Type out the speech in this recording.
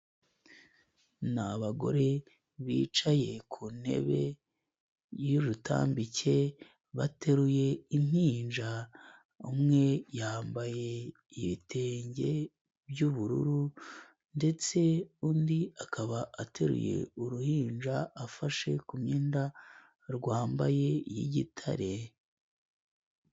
Ni abagore bicaye ku ntebe y'urutambike bateruye impinja umwe yambaye ibitenge by'ubururu ndetse undi akaba ateruye uruhinja afashe ku myenda rwambaye y'igitare.